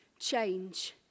change